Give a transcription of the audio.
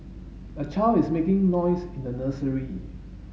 a child is making noise in the nursery